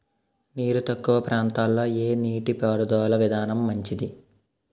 నీరు తక్కువ ప్రాంతంలో ఏ నీటిపారుదల విధానం మంచిది?